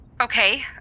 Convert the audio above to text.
Okay